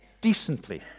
decently